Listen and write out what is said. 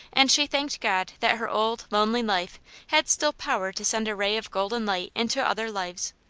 and she thanked god that her old, lonely life had still power to send a ray of golden light into other lives.